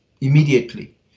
immediately